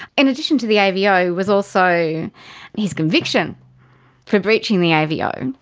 in addition to the avo was also his conviction for breaching the avo,